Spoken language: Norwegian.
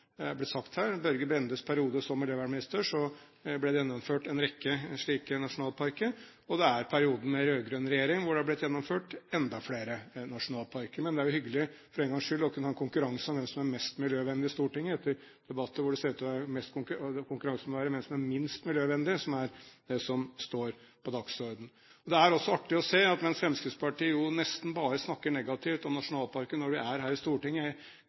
ble sagt her, ble det i Børge Brendes periode som miljøvernminister gjennomført en rekke nasjonalparker, og det er perioden med den rød-grønne regjeringen, hvor det er blitt gjennomført enda flere nasjonalparker. Men det er jo hyggelig for en gangs skyld å ha en konkurranse om hvem som er mest miljøvennlig i Stortinget, etter debatter hvor det ser ut til å være konkurranse om hvem som er minst miljøvennlig, som står på dagsordenen. Det er også artig å se at mens Fremskrittspartiet jo nesten bare snakker negativt om nasjonalparker når de er her i Stortinget